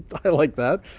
i like that.